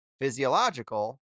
physiological